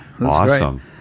awesome